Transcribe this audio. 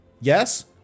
Yes